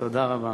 תודה רבה.